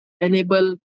enable